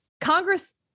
Congress